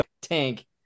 tank